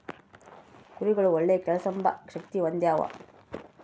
ಕುರಿಗುಳು ಒಳ್ಳೆ ಕೇಳ್ಸೆಂಬ ಶಕ್ತಿ ಹೊಂದ್ಯಾವ